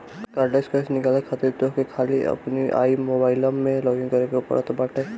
cardless cash निकाले खातिर तोहके खाली अपनी आई मोबाइलम में लॉगइन करे के पड़त बाटे